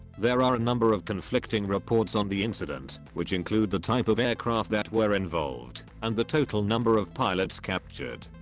there are a number of conflicting reports on the incident, which include the type of aircraft that were involved, and the total number of pilots captured.